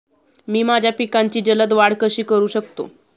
मी माझ्या पिकांची जलद वाढ कशी करू शकतो?